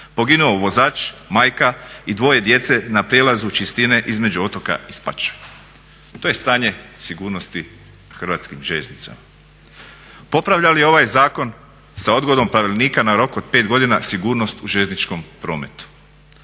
"Poginuo vozač, majka i dvoje djece na prijelazu Čistine između Otoka i Spačve." To je stanje sigurnosti na hrvatskim željeznicama. Popravlja li ovaj zakon sa odgodom pravilnika na rok od 5 godina sigurnost u željezničkom prometu?